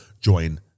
join